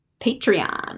Patreon